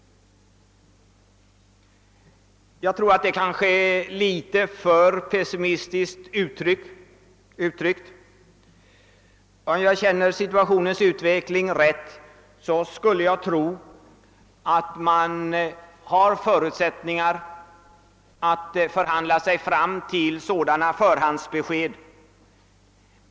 Jag tror att det kanske är litet för pessimistiskt uttryckt. Om jag känner situationens utveckling rätt, skulle jag tro, att man har förutsättningar att förhandla sig fram till sådana förhandsbe sked.